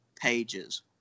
pages